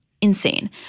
insane